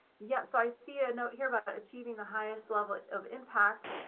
yes, i see a note here about but achieving the highest level of impact